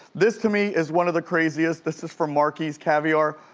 this to me is one of the craziest. this is from marky's caviar.